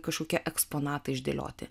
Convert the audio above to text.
kažkokie eksponatai išdėlioti